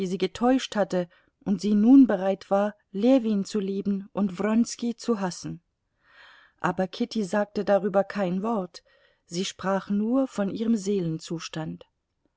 sie getäuscht hatte und sie nun bereit war ljewin zu lieben und wronski zu hassen aber kitty sagte darüber kein wort sie sprach nur von ihrem seelenzustand